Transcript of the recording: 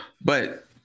but-